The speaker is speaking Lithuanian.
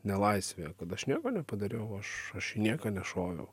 nelaisvėje kad aš nieko nepadariau aš aš į nieką nešoviau